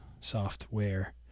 Software